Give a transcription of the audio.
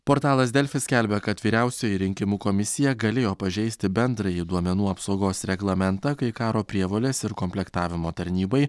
portalas delfi skelbia kad vyriausioji rinkimų komisija galėjo pažeisti bendrąjį duomenų apsaugos reglamentą kai karo prievolės ir komplektavimo tarnybai